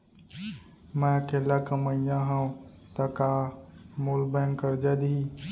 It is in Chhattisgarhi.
मैं अकेल्ला कमईया हव त का मोल बैंक करजा दिही?